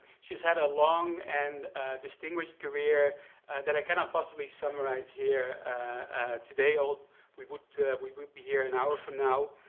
she's had a long and distinguished career that i cannot possibly summarize here today, or we would we would be here an hour from now,